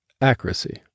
accuracy